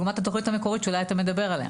לעומת התכנית המקורית שאולי אתה מדבר עליה.